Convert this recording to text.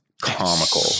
comical